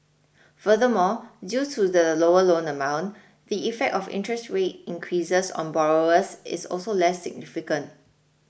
furthermore due to the lower loan amount the effect of interest rate increases on borrowers is also less significant